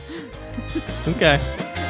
Okay